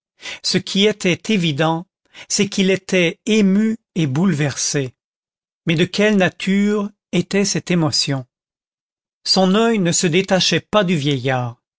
ce qui était évident c'est qu'il était ému et bouleversé mais de quelle nature était cette émotion son oeil ne se détachait pas du vieillard